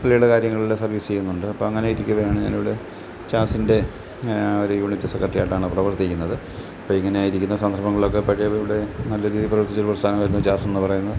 പള്ളീടെ കാര്യങ്ങളിൽ സർവീസ് ചെയ്യുന്നുണ്ട് അപ്പം അങ്ങനെ ഇരിക്കവെയാണ് ഞാനിവിടെ ചർച്ചിൻ്റെ ഒരു യൂണിറ്റ് സെക്രട്ടറിയായിട്ടാണ് പ്രവർത്തിക്കുന്നത് അപ്പം ഇങ്ങനെ ഇരിക്കുന്ന സന്ദർഭങ്ങളൊക്കെ പഴയവർ ഇവിടെ നല്ല രീതിയിൽ പ്രവർത്തിച്ചിരുന്ന പ്രസ്ഥാനമായിരുന്നു ജാസെന്ന് പറയുന്നത്